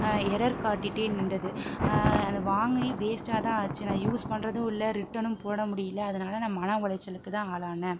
error காட்டிகிட்டே நிண்டது அதை வாங்கி வேஸ்டாக தான் ஆச்சு அதை யூஸ் பண்ணுறதும் இல்லை ரிட்டனு போட முடியல அதனால் நான் மன உளைச்சலுக்கு தான் ஆளானேன்